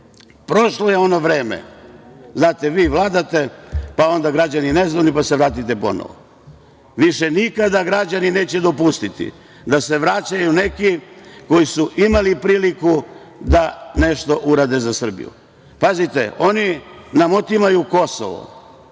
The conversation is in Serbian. je ono vreme, znate, vi vladate, pa onda građani nezadovoljni, pa se vratite ponovo. Više nikada građani neće dopustiti da se vraćaju neki koji su imali priliku da nešto urade za Srbiju. Pazite, oni nam otimaju Kosovo,